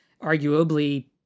arguably